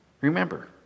Remember